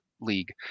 league